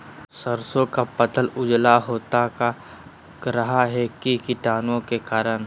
सरसो का पल उजला होता का रहा है की कीटाणु के करण?